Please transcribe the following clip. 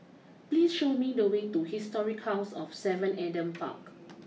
please show me the way to Historic house of seven Adam Park